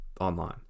online